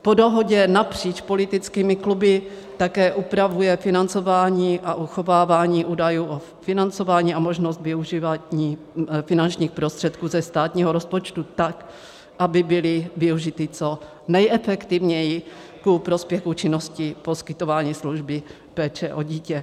Po dohodě napříč politickými kluby také upravuje financování a uchovávání údajů o financování a možnosti využívat finančních prostředků ze státního rozpočtu tak, aby byly využity co nejefektivněji ku prospěchu činnosti poskytování služby péče o dítě.